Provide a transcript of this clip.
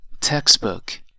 Textbook